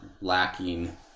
lacking